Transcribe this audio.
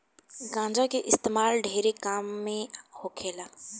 गांजा के इस्तेमाल ढेरे काम मे होखेला